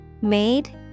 Made